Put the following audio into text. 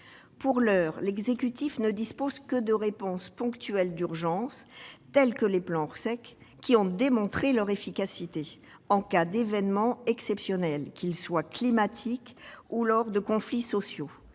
Pour l'heure, l'exécutif ne dispose que de réponses ponctuelles d'urgence telles que les plans Orsec, qui ont démontré leur efficacité en cas d'événements exceptionnels, qu'il s'agisse de phénomènes climatiques ou de conflits sociaux.